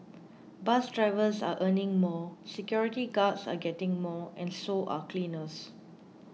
bus drivers are earning more security guards are getting more and so are cleaners